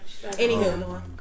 Anywho